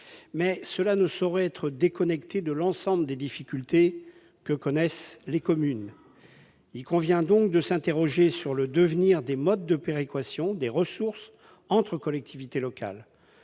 mais ne saurait être déconnecté de l'ensemble des difficultés que connaissent les communes. Il convient donc de s'interroger sur le devenir des modes de péréquation des ressources entre collectivités territoriales.